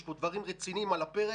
יש פה דברים רציניים על הפרק,